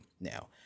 Now